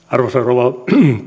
arvoisa rouva